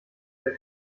der